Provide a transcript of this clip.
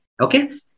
Okay